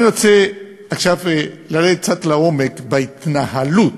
אני רוצה עכשיו לרדת קצת לעומק בהתנהלות.